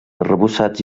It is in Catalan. arrebossats